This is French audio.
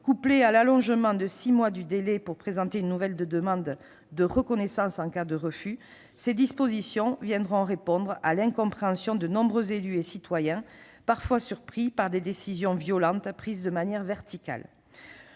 Couplées à l'allongement du délai pour présenter une nouvelle demande de reconnaissance en cas de refus, ces dispositions viendront répondre à l'incompréhension de nombreux élus et citoyens, parfois surpris par des décisions violentes prises de manière verticale.